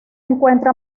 encuentra